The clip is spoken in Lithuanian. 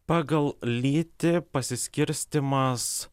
pagal lytį pasiskirstymas